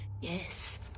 yes